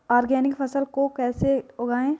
Organic फसल को कैसे उगाएँ?